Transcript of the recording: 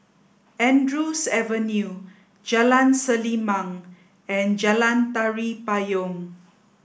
Andrews Avenue Jalan Selimang and Jalan Tari Payong